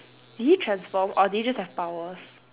did he transform or did he just have powers